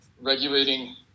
regulating